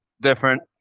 Different